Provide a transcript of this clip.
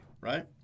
right